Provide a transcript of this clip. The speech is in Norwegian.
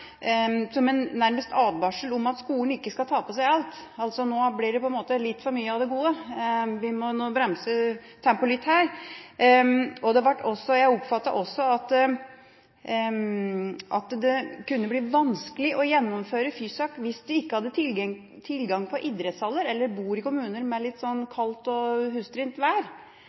statsrådens partikollega nærmest som en advarsel om at skolen ikke skal ta på seg alt – nå blir det litt for mye av det gode, vi må bremse tempoet litt her. Jeg oppfattet også at det kunne bli vanskelig å gjennomføre Fysak hvis en ikke hadde tilgang på idrettshaller, eller hvis en bor i kommuner med litt kaldt og hustrig vær.